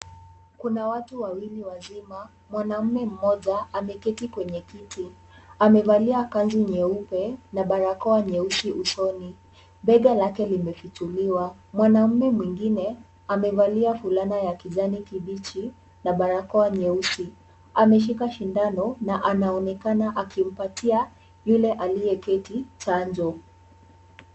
Kuna watu wawili wazima, mwanamume mmoja ameketi kwenye kiti, amevalia kanzu nyeupe na barakoa nyeusi usoni, bega lake limefichuliwa, mwanamume mwingine amevalia fulana ya kijani kibichi na barakoa nyeusi, ameshika sindano na anaonekana akimpatia yule aliyeketi chanjo.